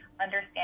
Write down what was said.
understand